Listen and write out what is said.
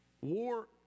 War